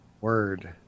Word